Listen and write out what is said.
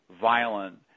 violent